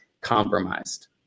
compromised